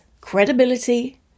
credibility